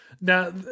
Now